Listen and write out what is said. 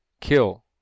kill